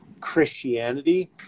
Christianity